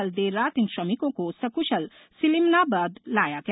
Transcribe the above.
कल देर रात इन श्रमिकों को सकुशल सिलीमनाबाद लाया गया